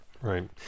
Right